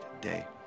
day